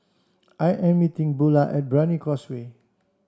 I am meeting Bula at Brani Causeway first